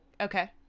Okay